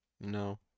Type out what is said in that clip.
No